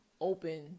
open